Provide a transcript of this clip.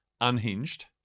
Unhinged